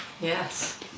Yes